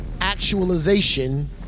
actualization